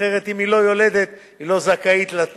אחרת, אם היא לא יולדת, היא לא זכאית לתנאים.